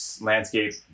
landscape